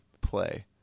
play